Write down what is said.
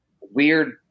weird